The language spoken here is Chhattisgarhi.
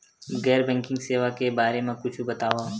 गैर बैंकिंग सेवा के बारे म कुछु बतावव?